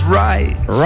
right